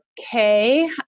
okay